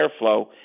airflow